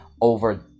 over